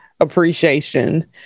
appreciation